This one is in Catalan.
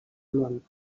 món